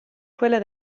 quella